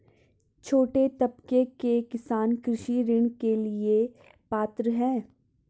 छोटे तबके के किसान कृषि ऋण के लिए पात्र हैं?